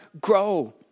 grow